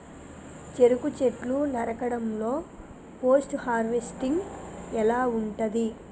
చెరుకు చెట్లు నరకడం లో పోస్ట్ హార్వెస్టింగ్ ఎలా ఉంటది?